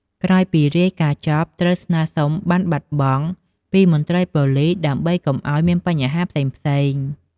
ក្រោយពីរាយការណ៍ចប់ ត្រូវស្នើសុំ បណ្ណបាត់បង់ ពីមន្ត្រីប៉ូលិសដើម្បីកុំអោយមានបញ្ហាផ្សេងៗ។